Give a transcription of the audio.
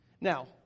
Now